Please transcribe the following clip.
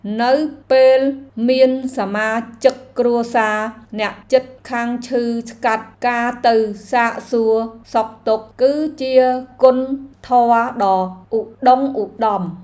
នៅពេលមានសមាជិកគ្រួសារអ្នកជិតខាងឈឺថ្កាត់ការទៅសាកសួរសុខទុក្ខ គឺជាគុណធម៌ដ៏ឧត្តុង្គឧត្តម។